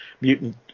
mutant